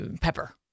pepper